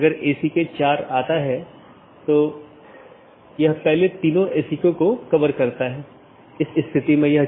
अगर जानकारी में कोई परिवर्तन होता है या रीचचबिलिटी की जानकारी को अपडेट करते हैं तो अपडेट संदेश में साथियों के बीच इसका आदान प्रदान होता है